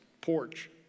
porch